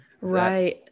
Right